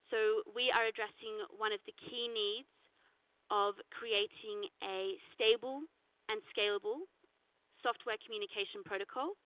so we are addressing one of the key needs of creating a stable and scalable software communication protocol